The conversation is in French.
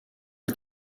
les